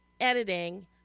editing